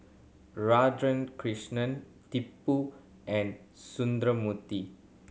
Radhakrishnan Tipu and Sundramoorthy